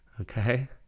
Okay